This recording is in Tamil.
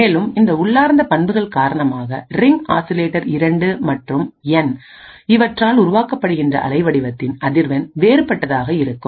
மேலும் இந்த உள்ளார்ந்த பண்புகள் காரணமாகரிங் ஆஸிலேட்டர் 2 மற்றும் என் இவற்றால் உருவாக்கப்படுகின்ற அலைவடிவத்தின் அதிர்வெண் வேறுபட்டதாக இருக்கும்